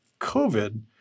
COVID